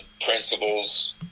principles